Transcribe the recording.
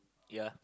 ya